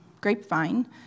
grapevine